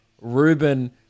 Ruben